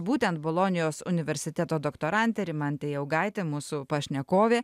būtent bolonijos universiteto doktorantė rimantė jaugaitė mūsų pašnekovė